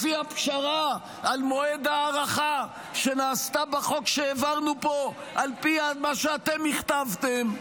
לפי הפשרה על מועד הארכה שנעשתה בחוק שהעברנו פה על פי מה שאתם הכתבתם.